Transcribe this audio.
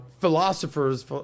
philosophers